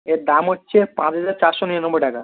এর দাম হচ্ছে পাঁচ হাজার চারশো নিরানব্বই টাকা